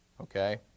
okay